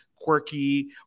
quirky